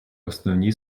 основні